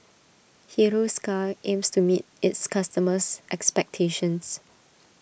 Hiruscar aims to meet its customers' expectations